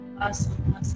awesome